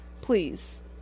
Please